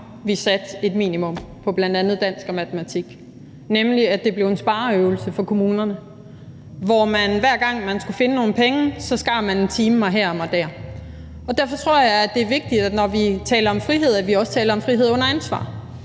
vi satte et minimum for bl.a. dansk og matematik, nemlig at det blev en spareøvelse for kommunerne, hvor man, hver gang man skulle finde nogle penge, skar en time her og der. Derfor tror jeg, at det er vigtigt, at når vi taler om frihed, taler vi også om frihed under ansvar.